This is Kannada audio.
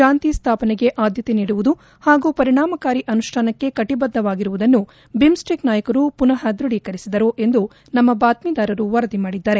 ಶಾಂತಿ ಸ್ಥಾಪನೆಗೆ ಆದ್ದತೆ ನೀಡುವುದು ಹಾಗೂ ಪರಿಣಾಮಕಾರಿ ಅನುಷ್ಠಾನಕ್ಕೆ ಕಟಬದ್ದವಾಗಿರುವುದನನ್ನು ಬಿಮ್ಸ್ಟಿಕ್ ನಾಯಕರು ಪುನಃ ದೃಢೀಕರಿಸಿದರು ಎಂದು ನಮ್ನ ಬಾತ್ತಿದಾರರು ವರದಿಮಾಡಿದ್ದಾರೆ